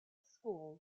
schools